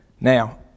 now